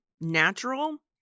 natural